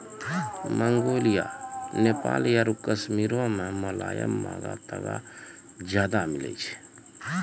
Mongolia, Nepal आरु कश्मीरो मे मोलायम महंगा तागा ज्यादा मिलै छै